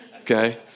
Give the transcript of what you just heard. Okay